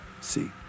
See